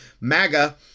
MAGA